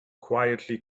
quietly